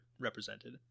represented